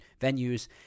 venues